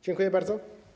Dziękuję bardzo.